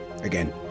Again